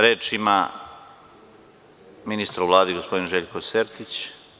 Reč ima ministar u Vladi, gospodin Željko Sertić.